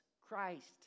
Christ